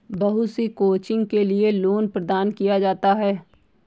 बहुत सी कोचिंग के लिये लोन प्रदान किया जाता है